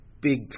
big